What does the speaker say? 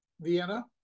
Vienna